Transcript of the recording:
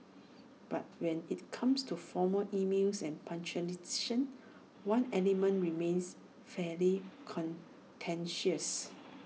but when IT comes to formal emails and punctuation one element remains fairly contentious